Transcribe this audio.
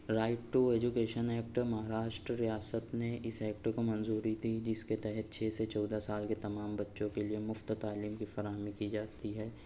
right to education act Maharashtra ریاست نے اس ایکٹ کو منظوری دی جس کے تحت چھ سے چودہ سال کے تمام بچوں کے لیے مفت تعلیم کی فراہمی کی جاتی ہے